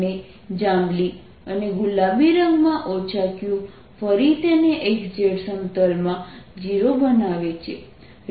અને જાંબલી અને ગુલાબી રંગમાં q ફરી તેને x z સમતલમાં 0 બનાવે છે